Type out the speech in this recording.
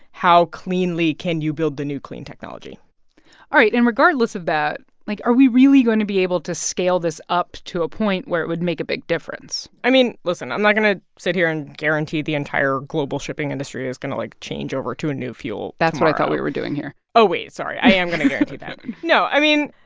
how cleanly can you build the new, clean technology all right. and regardless of that, like, are we really going to be able to scale this up to a point where it would make a big difference? i mean, listen, i'm not going to sit here and guarantee the entire global shipping industry is going to, like, change over to a new fuel tomorrow that's what i thought we were doing here oh, wait sorry i am going to guarantee that and no, i mean,